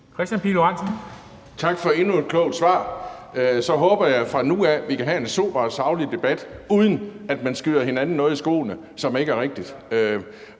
Kristian Pihl Lorentzen (V): Tak for endnu et klogt svar. Så håber jeg, at vi fra nu af kan have en sober og saglig debat, uden at man skyder hinanden noget, som ikke er rigtigt,